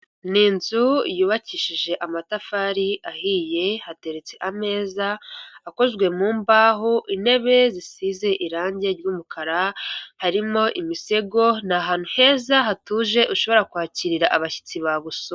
Ni inzu yubakishije amatafari ahiye hateretse ameza akozwe mu mbaho, intebe zisize irangi ry'umukara harimo imisego, ni ahantu heza hatuje ushobora kwakira abashyitsi bagusuye.